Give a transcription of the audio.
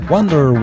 Wonder